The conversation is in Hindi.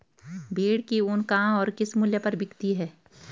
भेड़ की ऊन कहाँ और किस मूल्य पर बिकती है?